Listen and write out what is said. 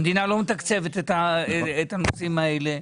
המדינה לא מתקצבת את הנושאים האלה.